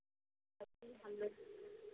औ फिर हम लोग